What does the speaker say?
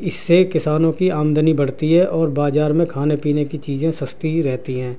اس سے کسانوں کی آمدنی بڑھتی ہے اور بازار میں کھانے پینے کی چیزیں سستی رہتی ہیں